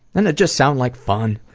and it just sound like fun?